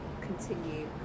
continue